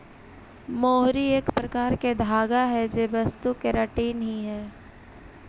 मोहरी एक प्रकार के धागा हई जे वस्तु केराटिन ही हई